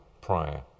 prior